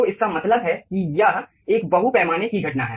तो इसका मतलब है कि यह एक बहु पैमाने की घटना है